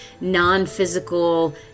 non-physical